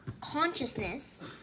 consciousness